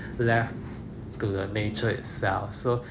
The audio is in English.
left to the nature itself so